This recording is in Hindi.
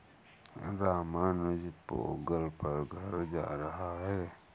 रामानुज पोंगल पर घर जा रहा है